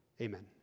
Amen